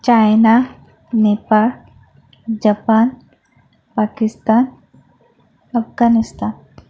China Nepal Japan Pakistan Afghanistan